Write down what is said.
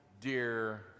Dear